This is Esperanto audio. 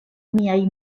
miaj